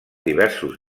diversos